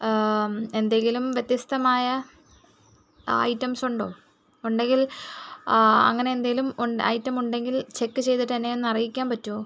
എന്തെങ്കിലും വ്യത്യസ്തമായ ഐറ്റംസ് ഉണ്ടോ ഉണ്ടെങ്കിൽ അങ്ങനെ എന്തേലും ഉണ്ടേൽ ഐറ്റം ഉണ്ടെങ്കിൽ ചെക്ക് ചെയ്തിട്ട് എന്നെ ഒന്ന് അറിയിക്കാൻ പറ്റുമോ